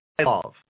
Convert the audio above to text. love